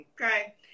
Okay